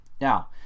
Now